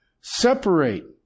Separate